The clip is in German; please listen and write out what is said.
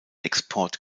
export